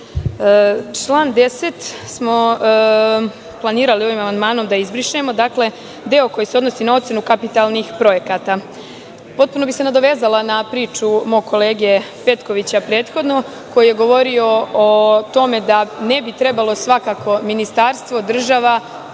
Član 10. smo planirali ovim amandmanom da izbrišemo. Dakle, deo koji se odnosi na ocenu kapitalnih projekata. Potpuno bih se nadovezala na priču mog kolege Petkovića koji je govorio o tome da ne bi trebalo ministarstvo, država,